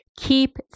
keep